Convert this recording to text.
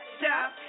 Stop